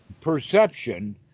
perception